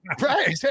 right